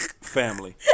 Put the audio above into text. Family